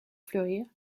fleurir